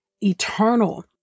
eternal